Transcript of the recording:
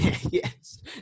Yes